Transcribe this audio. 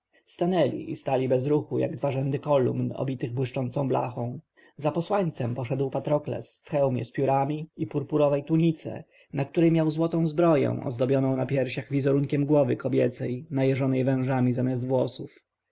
stanęli i stali bez ruchu jak dwa rzędy kolumn obitych błyszczącą blachą za posłańcem poszedł patrokles w hełmie z piórami i purpurowej tunice na której miał złotą zbroję ozdobioną na piersiach wizerunkiem głowy kobiecej najeżonej wężami zamiast włosów